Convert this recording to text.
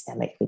systemically